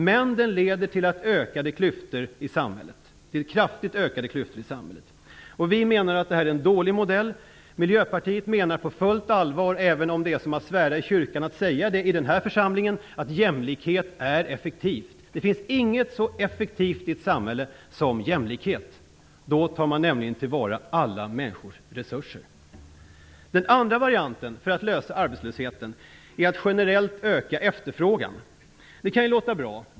Men det leder också till kraftigt ökade klyftor i samhället. Vi menar att det är en dålig modell. Miljöpartiet menar på fullt allvar, även om det är som att svära i kyrkan att säga det i denna församling, att jämlikhet är effektivt. Det finns inget så effektivt i ett samhälle som jämlikhet. Då tar man nämligen till vara alla människors resurser. Den andra varianten för att lösa arbetslösheten är att generellt öka efterfrågan. Det kan låta bra.